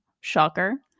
Shocker